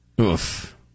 Oof